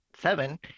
seven